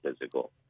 physical